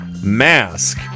mask